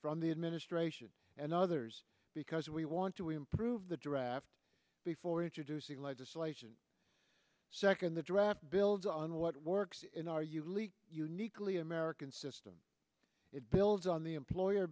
from the administration and others because we want to improve the draft before introducing legislation second the draft builds on what works in our you leave uniquely american system it builds on the employer